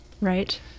Right